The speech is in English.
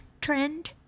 Trend